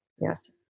Yes